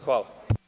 Hvala.